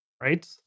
right